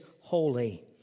holy